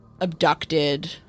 abducted